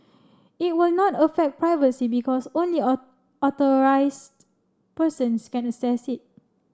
it will not affect privacy because only authorised persons can access it